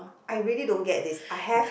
I really don't get this I have